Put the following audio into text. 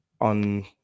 On